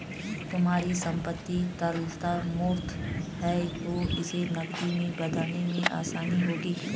तुम्हारी संपत्ति तरलता मूर्त है तो इसे नकदी में बदलने में आसानी होगी